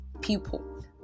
people